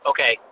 Okay